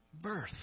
birth